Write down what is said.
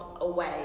away